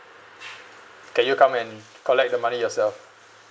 can you come and collect the money yourself